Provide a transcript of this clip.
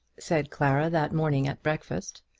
said clara that morning at breakfast.